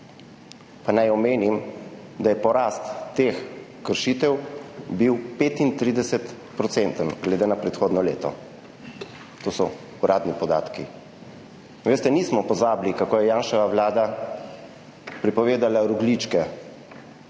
Pa naj omenim, da je bil porast teh kršitev 35-procenten glede na predhodno leto. To so uradni podatki. Veste, nismo pozabili, kako je Janševa vlada prepovedala rogljičke,